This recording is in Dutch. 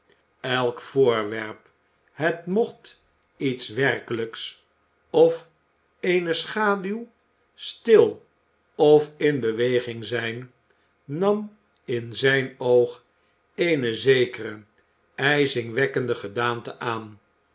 elk voorwerp het mocht iets werkelijks of eene schaduw stil of in beweging zijn nam in zijn oog eene zekere ijzingwekkende gedaante aan